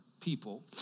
people